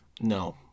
no